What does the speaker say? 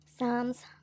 Psalms